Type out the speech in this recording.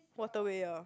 waterway ah